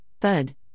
thud